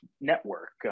network